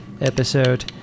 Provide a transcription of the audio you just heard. episode